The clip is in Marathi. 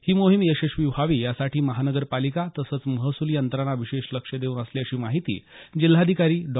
ही मोहीम यशस्वी व्हावी यासाठी महानगरपालिका तसंच महसूल यंत्रणा विशेष लक्ष देवून असल्याची माहिती जिल्हाधिकारी डॉ